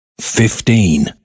fifteen